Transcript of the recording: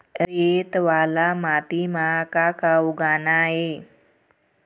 रेत वाला माटी म का का उगाना ये?